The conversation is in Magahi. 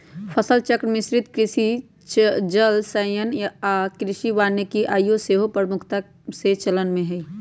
फसल चक्र, मिश्रित कृषि, जल संचयन आऽ कृषि वानिकी आइयो सेहय प्रमुखता से चलन में हइ